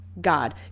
God